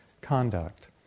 conduct